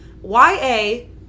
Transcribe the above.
Y-A